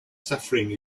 suffering